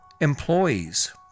Employees